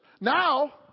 Now